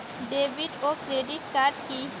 David ও credit card কি?